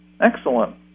Excellent